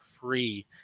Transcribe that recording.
free